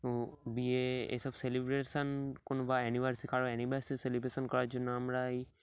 ও বিয়ে এইসব সেলিব্রেশান কোনো বা অ্যাননিভার্সারি কারোর অ্যানিভার্সারি সেলিব্রেশান করার জন্য আমরা এই